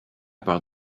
part